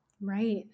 Right